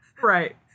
Right